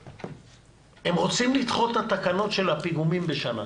הם רוצים לדחות את התקנות של הפיגומים בשנה.